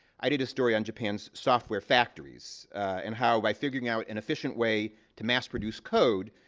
i did a story on japan's software factories and how, by figuring out an efficient way to mass produce code,